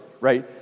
right